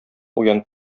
уянып